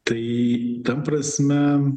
tai tam prasme